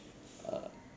uh